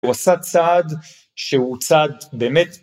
הוא עושה צעד שהוא צעד באמת.